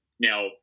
Now